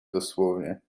dosłownie